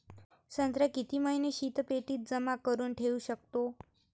संत्रा किती महिने शीतपेटीत जमा करुन ठेऊ शकतो?